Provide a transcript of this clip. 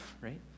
right